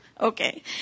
Okay